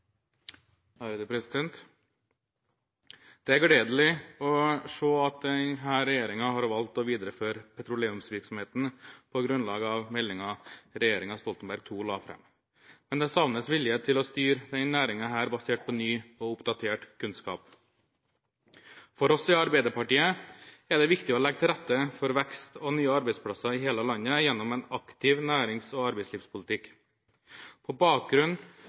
Det er gledelig å se at denne regjeringen har valgt å videreføre petroleumsvirksomheten på grunnlag av meldingen regjeringen Stoltenberg II la fram, men det savnes vilje til å styre denne næringen, basert på ny og oppdatert kunnskap. For oss i Arbeiderpartiet er det viktig å legge til rette for vekst og nye arbeidsplasser i hele landet gjennom en aktiv nærings- og arbeidslivspolitikk. På bakgrunn